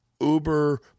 uber